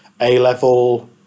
A-level